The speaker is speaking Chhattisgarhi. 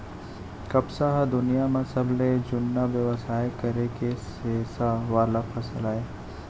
कपसा ह दुनियां म सबले जुन्ना बेवसाय करे के रेसा वाला फसल अय